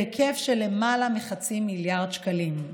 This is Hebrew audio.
בהיקף של למעלה מחצי מיליארד שקלים.